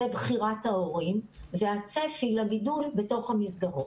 בחירת ההורים והצפי לגידול בתוך המסגרות.